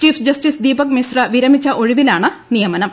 chief ജസ്റ്റിസ്ക് ദീപക് മിശ്ര വിരമിച്ച ഒഴിവിലാണ് നിയമനം